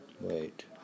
Wait